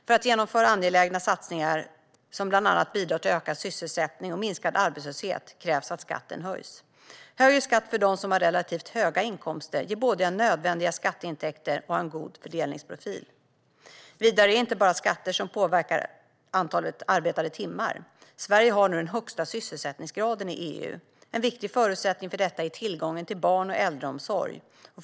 För att genomföra angelägna satsningar som bland annat bidrar till ökad sysselsättning och minskad arbetslöshet krävs att skatten höjs. Högre skatt för dem som har relativt höga inkomster ger både nödvändiga skatteintäkter och en god fördelningsprofil. Vidare är det inte bara skatter som påverkar antalet arbetade timmar. Sverige har nu den högsta sysselsättningsgraden i EU. En viktig förutsättning för detta är tillgången till barn och äldreomsorg.